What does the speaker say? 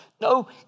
No